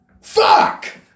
Fuck